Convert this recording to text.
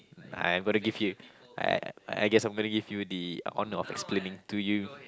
I've got to give you I I guess I'm gonna give you the on off explaining to you